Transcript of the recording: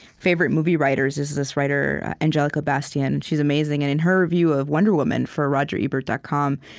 favorite movie writers is this writer, angelica bastien. she's amazing. and in her review of wonder woman for rogerebert dot com,